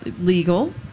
legal